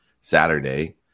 saturday